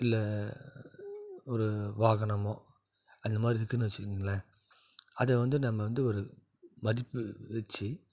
இல்லை ஒரு வாகனமோ அந்த மாதிரி இருக்குன்னு வச்சுக்கோங்களேன் அதை வந்து நம்ம வந்து ஒரு மதிப்பு வச்சு